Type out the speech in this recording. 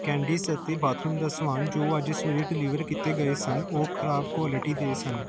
candies ਅਤੇ bathroom ਦਾ ਸਮਾਨ ਜੋ ਅੱਜ ਸਵੇਰੇ ਡਿਲੀਵਰ ਕੀਤੇ ਗਏ ਸਨ ਉਹ ਖ਼ਰਾਬ ਕੁਆਲਿਟੀ ਦੇ ਸਨ